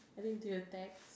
I think to your text